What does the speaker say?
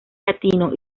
latino